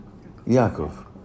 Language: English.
Yaakov